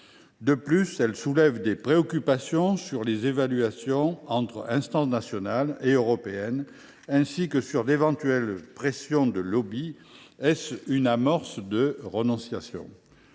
De plus, elle suscite des préoccupations sur les évaluations entre instances nationales et européennes, ainsi que sur d’éventuelles pressions de lobbies. Doit on y voir une amorce de renonciation ?